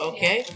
Okay